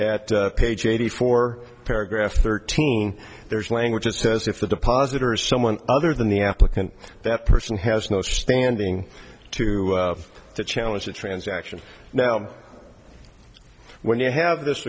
at page eighty four paragraph thirteen there's language that says if the depositors someone other than the applicant that person has no standing to challenge the transaction now when you have this